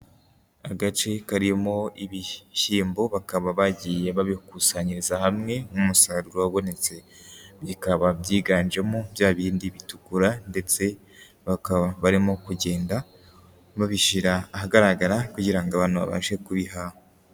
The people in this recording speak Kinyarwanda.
Agace karimo ibishyimbo bakaba bagiye babikusanyiriza hamwe nk'umusaruro wabonetse, bikaba byiganjemo bya bindi bitukura ndetse bakaba barimo kugenda babishyira ahagaragara kugira ngo abantu babashe kubiha.....